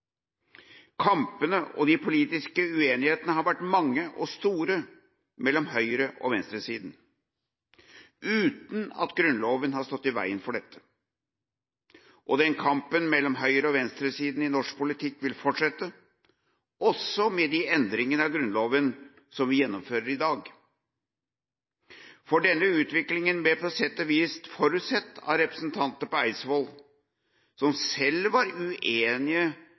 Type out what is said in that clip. Kampene og de politiske uenighetene mellom høyre- og venstresiden har vært mange og store, uten at Grunnloven har stått i veien for dette. Den kampen mellom høyre- og venstresiden i norsk politikk vil fortsette også med de endringene av Grunnloven som vi gjennomfører i dag. For denne utviklingen ble på sett og vis forutsett av representantene på Eidsvoll, som selv var uenige